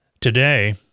Today